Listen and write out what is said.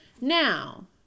Now